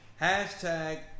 hashtag